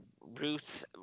Ruth